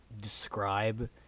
describe